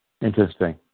Interesting